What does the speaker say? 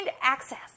access